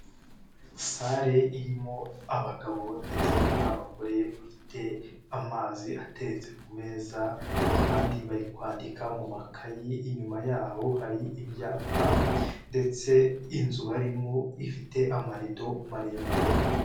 Salle irimo abagabo ndetse n'abagore bafite amazi ateretse ku meza abandi bari kwandika mu makayi, inyuma yaho hari ibyapa ndetse inzu barimo ifite amarido maremare.